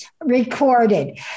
recorded